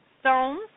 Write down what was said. stones